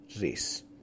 race